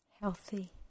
healthy